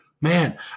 man